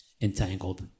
entangled